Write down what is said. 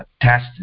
Test